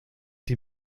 die